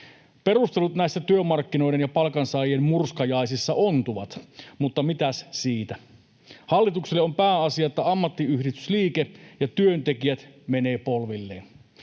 Perustelut näissä työmarkkinoiden ja palkansaajien murskajaisissa ontuvat, mutta mitäs siitä. Hallitukselle on pääasia, että ammattiyhdistysliike ja työntekijät menevät polvilleen.